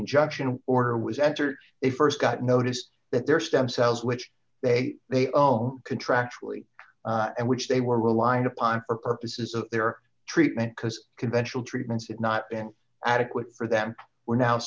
injunction order was entered they st got noticed that their stem cells which they they own contractually and which they were relying upon for purposes of their treatment because conventional treatments had not been adequate for them were now